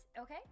okay